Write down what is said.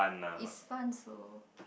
it's fun so